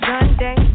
Sunday